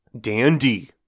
Dandy